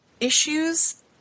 issues